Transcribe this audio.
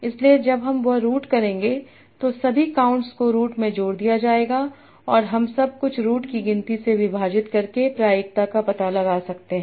इसलिए जब हम वह रूट करेंगे तो सभी काउंट्स को रूट में जोड़ दिया जाएगा और हम सब कुछ रूट की गिनती से विभाजित करके प्रायिकता का पता लगा सकते हैं